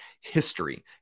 history